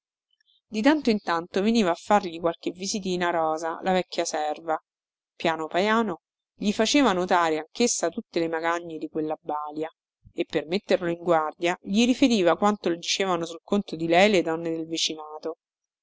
di tanto in tanto veniva a fargli qualche visitina rosa la vecchia serva piano piano gli faceva notare anchessa tutte le magagne di quella balia e per metterlo in guardia gli riferiva quanto le dicevano sul conto di lei le donne del vicinato